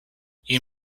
you